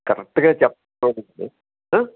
కరెక్ట్గా చెప్పాలి అంటే